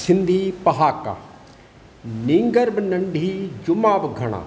सिंधी पहाका नींगर बि नंढी जुमा बि घणा